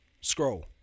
scroll